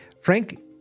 Frank